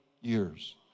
years